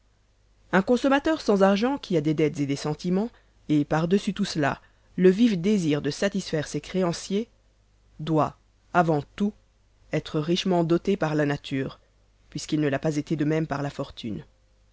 un consommateur sans argent qui a des dettes et des sentimens et par-dessus tout cela le vif désir de satisfaire ses créanciers doit avant tout être richement doté par la nature puisqu'il ne l'a pas été de même par la fortune